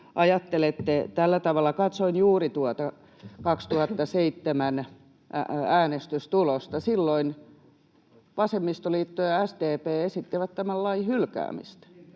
ajattelette tällä tavalla... Katsoin juuri tuota vuoden 2007 äänestystulosta, ja silloin vasemmistoliitto ja SDP esittivät tämän lain hylkäämistä. Oliko